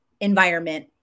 environment